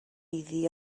iddi